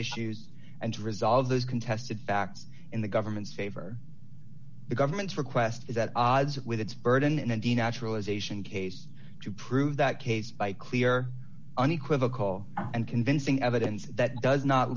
issues and resolve those contested facts in the government's favor the government's request is at odds with its burden and the naturalization case to prove that case by clear unequivocal and convincing evidence that does not